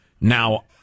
Now